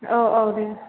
औ औ दे